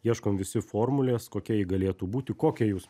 ieškom visi formulės kokia ji galėtų būti kokią jūs